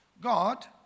God